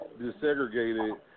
desegregated